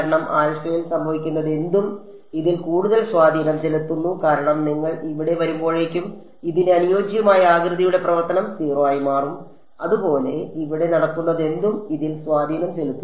ആൽഫയിൽ സംഭവിക്കുന്നതെന്തും ഇതിൽ കൂടുതൽ സ്വാധീനം ചെലുത്തുന്നു കാരണം നിങ്ങൾ ഇവിടെ വരുമ്പോഴേക്കും ഇതിന് അനുയോജ്യമായ ആകൃതിയുടെ പ്രവർത്തനം 0 ആയി മാറും അതുപോലെ ഇവിടെ നടക്കുന്നതെന്തും ഇതിൽ സ്വാധീനം ചെലുത്തുന്നില്ല